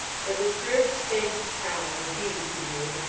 the disturbed state of the town would be, he knew,